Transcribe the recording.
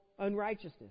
unrighteousness